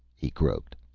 he croaked.